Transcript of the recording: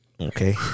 Okay